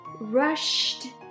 rushed